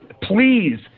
please